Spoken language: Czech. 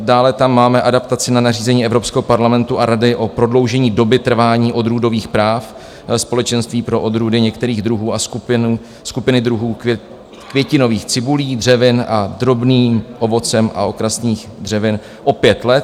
Dále tam máme adaptaci na nařízení Evropského parlamentu a Rady o prodloužení doby trvání odrůdových práv Společenství pro odrůdy některých druhů a skupiny druhů květinových cibulí, dřevin s drobným ovocem a okrasných dřevin o pět let.